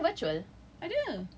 escape room ada virtual